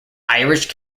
irish